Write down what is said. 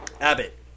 Abbott